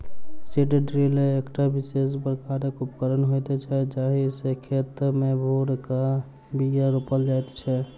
seed drill एकटा विशेष प्रकारक उपकरण होइत छै जाहि सॅ खेत मे भूर क के बीया रोपल जाइत छै